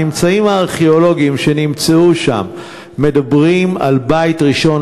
הממצאים הארכיאולוגיים שנמצאו שם מדברים על בית ראשון,